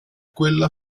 quello